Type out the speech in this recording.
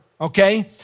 okay